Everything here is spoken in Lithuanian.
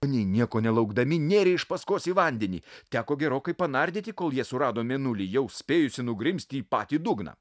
niai nieko nelaukdami nėrė iš paskos į vandenį teko gerokai panardyti kol jie surado mėnulį jau spėjusį nugrimzti į patį dugną